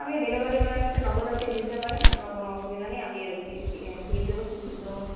আপনি ডেলিভারি বয়ের হাতে নগদ আপনি দিয়ে দিতে পারেন আমরা কোনও অসুবিধা নেই আমি স্লিপ দেব সেই স্লিপের মধ্যে